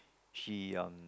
she um